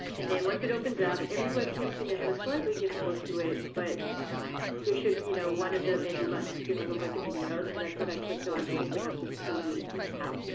and then once it opens up, every webcam's going to have a slightly different look to it, but there should be you know one of the menu buttons is going to look like a video, so and that's what i clicked on to open up the screen that you see now.